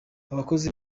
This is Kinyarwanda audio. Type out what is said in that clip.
abakozi